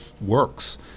works